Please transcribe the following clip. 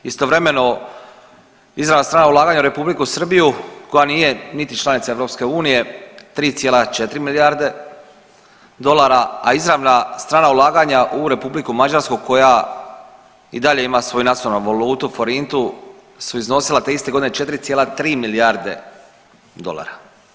Istovremeno izravna strana ulaganja u Republiku Srbiju koja nije niti članica EU 3,4 milijarde dolara, a izravna strana ulaganja u Republiku Mađarsku koja i dalje ima svoju nacionalnu valutu forintu su iznosila te iste godine 3,4 milijarde dolara.